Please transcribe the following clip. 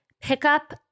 pickup